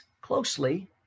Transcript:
closely